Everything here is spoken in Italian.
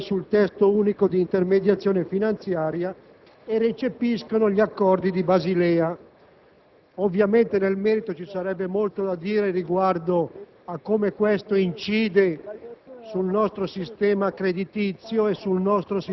intervengono sul Testo unico bancario e su quello di intermediazione finanziaria e recepiscono gli Accordi di Basilea. Ovviamente, nel merito vi sarebbe molto da dire riguardo a come ciò incida